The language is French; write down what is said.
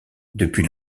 depuis